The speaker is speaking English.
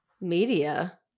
media